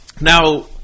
Now